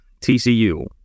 TCU